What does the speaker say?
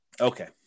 Okay